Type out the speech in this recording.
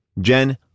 Jen